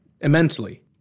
immensely